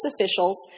officials